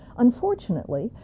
unfortunately,